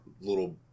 little